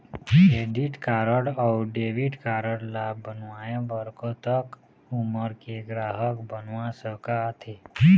Credit card अऊ debit card ला बनवाए बर कतक उमर के ग्राहक बनवा सका थे?